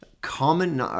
common